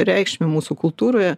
reikšmę mūsų kultūroje